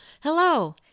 Hello